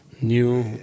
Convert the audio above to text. new